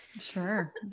Sure